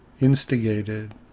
instigated